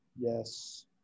yes